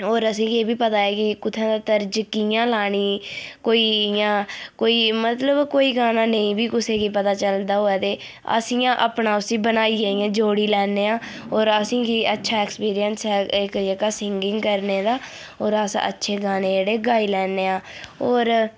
होर असेंगी एह् बी पता ऐ कि कुत्थै तर्ज कि'यां लानी कोई इ'यां कोई मतलब कोई गाना नेईं बी कुसै गी पता चलदा होऐ ते अस इयां अपना उसी बनाइयै इयां जोड़ी लैन्ने आं होर असेंगी अच्छा ऐक्सपीरियंस ऐ एह्का जेह्का सिंगिंग करने दा होर अस अच्छे गाने जेह्ड़े गाई लैन्ने आं होर